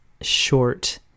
short